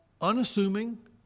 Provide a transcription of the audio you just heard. unassuming